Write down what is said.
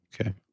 Okay